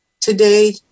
today